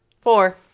Four